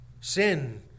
Sin